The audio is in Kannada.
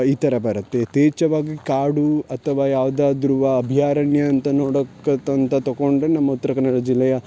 ಈ ಥರ ಬರುತ್ತೆ ಯಥೇಚ್ಛವಾಗಿ ಕಾಡು ಅಥವಾ ಯಾವ್ದಾದ್ರೂ ಅಭಯಾರಣ್ಯ ಅಂತ ನೋಡೋಕ್ಕೆ ತ ಅಂತ ತಕೊಂಡರೆ ನಮ್ಮ ಉತ್ತರ ಕನ್ನಡ ಜಿಲ್ಲೆಯ